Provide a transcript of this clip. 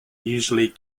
usually